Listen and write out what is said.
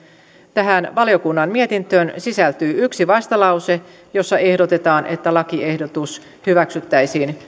tähän valiokunnan mietintöön sisältyy yksi vastalause jossa ehdotetaan että lakiehdotus hyväksyttäisiin